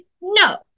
No